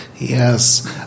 Yes